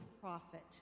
prophet